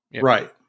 Right